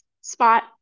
spot